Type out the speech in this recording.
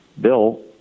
Bill